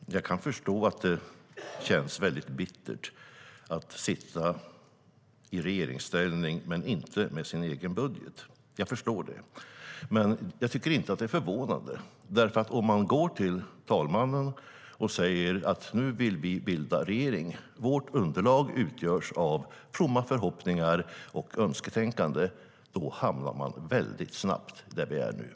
Herr talman! Jag kan förstå att det känns bittert att sitta i regeringsställning men inte med sin egen budget. Jag förstår det. Men jag tycker inte att det är förvånande. Om man går till talmannen och säger "Nu vill vi bilda regering - vårt underlag utgörs av fromma förhoppningar och önsketänkande", då hamnar man väldigt snabbt där vi är nu.